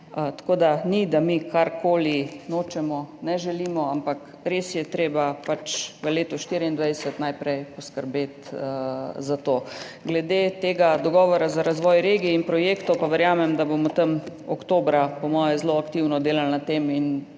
Tako da ni, da mi česarkoli nočemo, ne želimo, ampak res je treba v letu 2024 najprej poskrbeti za to. Glede dogovora za razvoj regij in projektov pa verjamem, da bomo predvidoma oktobra po mojem zelo aktivno delali na tem in